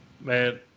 Man